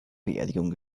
beerdigung